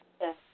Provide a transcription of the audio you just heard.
Yes